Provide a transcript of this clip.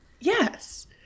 Yes